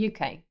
UK